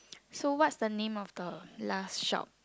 so what's the name of the last shop